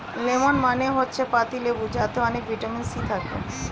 lemon মানে হচ্ছে পাতিলেবু যাতে অনেক ভিটামিন সি থাকে